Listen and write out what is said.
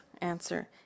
Answer